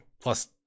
Plus